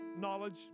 knowledge